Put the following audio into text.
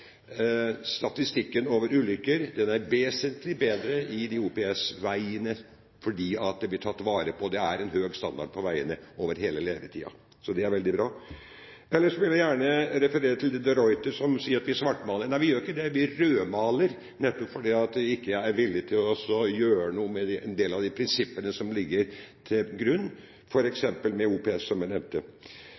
statistikken over ulykker er vesentlig bedre på OPS-veiene fordi de blir tatt vare på. Det er økt standard på veiene gjennom hele levetiden. Det er veldig bra. Ellers vil jeg gjerne referere til de Ruiter, som sier at vi svartmaler. Nei, vi gjør ikke det, vi rødmaler fordi en ikke er villig til å gjøre noe med en del av de prinsippene som ligger til grunn, f.eks. når det gjelder OPS, som jeg nevnte.